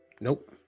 Nope